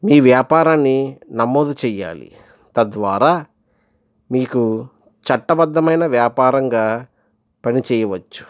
మీ వ్యాపారాన్ని నమోదు చేయాలి తద్వారా మీకు చట్టబద్ధమైన వ్యాపారంగా పనిచేయవచ్చు